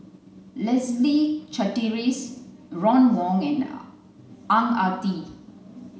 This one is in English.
Leslie Charteris Ron Wong and Ang Ah Tee